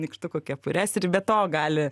nykštukų kepures ir be to gali